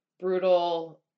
brutal